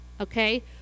Okay